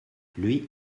lui